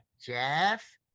Jeff